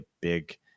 big